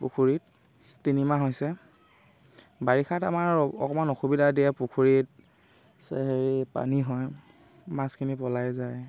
পুখুৰীত তিনিমাহ হৈছে বাৰিষাত আমাৰ অকণমান অসুবিধা দিয়ে পুখুৰীত হেৰি পানী হয় মাছখিনি পলাই যায়